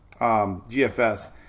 GFS